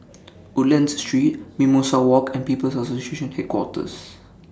Woodlands Street Mimosa Walk and People's Association Headquarters